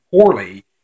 poorly